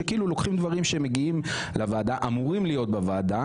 שכאילו לוקחים דברים שאמורים להיות בוועדה,